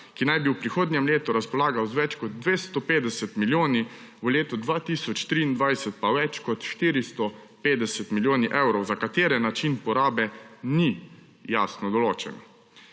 ki naj bi v prihodnjem letu razpolagal z več kot 250 milijoni, v letu 2023 pa več kot 450 milijoni evrov, za katere način porabe ni jasno določen.